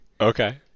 Okay